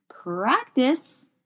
practice